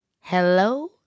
Hello